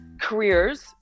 careers